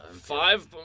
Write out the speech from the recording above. Five